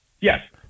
Yes